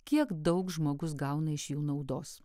kiek daug žmogus gauna iš jų naudos